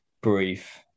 brief